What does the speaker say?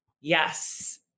Yes